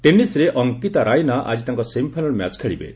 ଟେନିସ୍ରେ ଅକ୍କିତା ରାଇନା ଆଜି ତାଙ୍କ semifinal match ଖେଳିବେ